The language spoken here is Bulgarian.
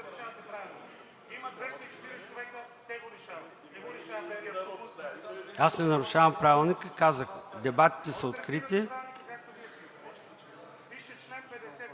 Аз не нарушавам Правилника. Казах: дебатите са открити!